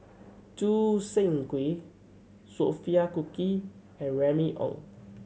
Choo Seng Quee Sophia Cooke and Remy Ong